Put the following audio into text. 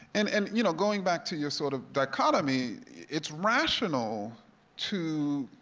and and you know going back to your sort of dichotomy, it's rational to,